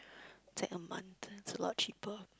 it's like a month and it's a lot cheaper